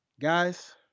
Guys